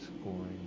scoring